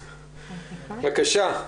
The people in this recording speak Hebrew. איבראהים, בבקשה.